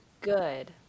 good